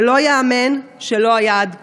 שלא ייאמן שלא היה עד כה.